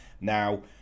Now